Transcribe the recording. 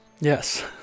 Yes